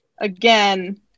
again